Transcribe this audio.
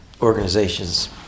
organizations